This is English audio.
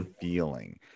feeling